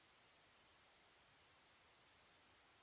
Grazie